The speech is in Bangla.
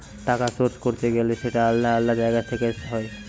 টাকার সোর্স করতে গেলে সেটা আলাদা আলাদা জায়গা থেকে হয়